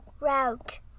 route